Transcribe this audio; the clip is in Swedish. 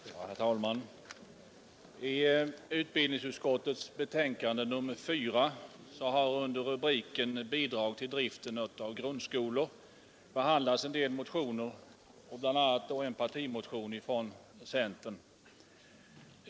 Herr talman! I utbildningsutskottets betänkande nr 4 har under rubriken Bidrag till driften av grundskolor m.m. behandlats en del motioner, bl.a. en partimotion från centern.